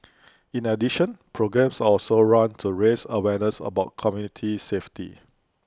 in addition programmes are also run to raise awareness about community safety